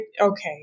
okay